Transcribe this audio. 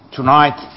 tonight